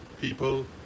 people